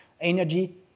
energy